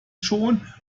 schon